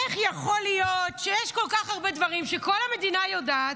איך יכול להיות שיש כל כך הרבה דברים שכל המדינה יודעת,